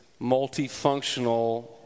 multifunctional